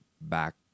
back